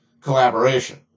collaboration